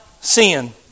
sin